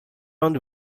onde